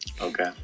Okay